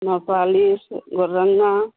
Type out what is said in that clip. नाह पालिश गोर रंगा